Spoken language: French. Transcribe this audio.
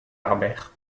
harbert